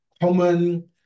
common